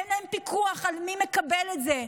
אין להם פיקוח על מי מקבל את זה,